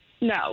No